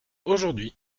aujourd’hui